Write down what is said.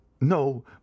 No